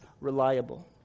reliable